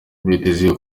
byitezwe